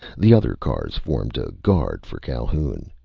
the other cars formed a guard for calhoun.